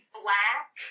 black